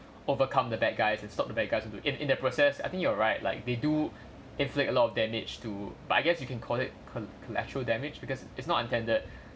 overcome the bad guys and stop the bad guys into in in that process I think you're right like they do inflict a lot of damage to but I guess you can call it co~ collateral damage because it's not intended